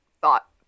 thought